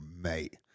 mate